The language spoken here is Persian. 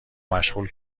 مشغول